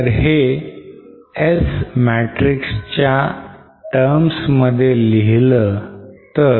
जर हे S matrix च्या terms मध्ये लिहिलं तर